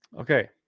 okay